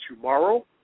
tomorrow